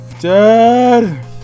Dad